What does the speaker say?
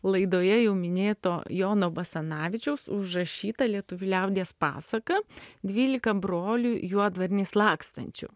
laidoje jau minėto jono basanavičiaus užrašyta lietuvių liaudies pasaka dvylika brolių juodvarniais lakstančių